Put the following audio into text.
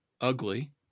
ugly